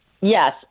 Yes